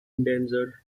endangered